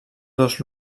dos